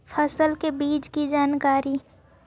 फसल के बीज की जानकारी?